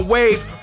Wave